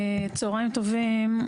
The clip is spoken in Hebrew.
צהריים טובים.